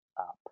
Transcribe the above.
up